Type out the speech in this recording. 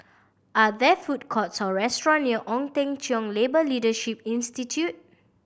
are there food courts or restaurant near Ong Teng Cheong Labour Leadership Institute